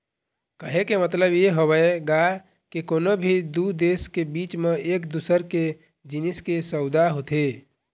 कहे के मतलब ये हवय गा के कोनो भी दू देश के बीच म एक दूसर के जिनिस के सउदा होथे